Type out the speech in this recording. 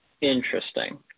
Interesting